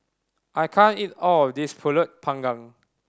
I can't eat all of this Pulut Panggang